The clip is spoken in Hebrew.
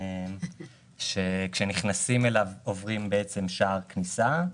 שכאשר נכנסים אליו עוברים שער כניסה,